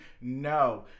no